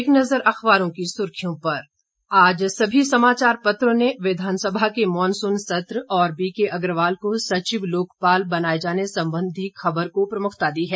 एक नज़र अखबारों की सुर्खियों पर आज सभी समाचार पत्रों ने विधानसभा के मानसून सत्र और बीके अग्रवाल को सचिव लोकपाल बनाए जाने संबंधी खबर को प्रमुखता दी है